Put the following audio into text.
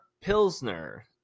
Pilsner